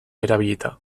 erabilita